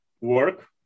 work